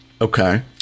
Okay